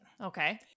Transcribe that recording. Okay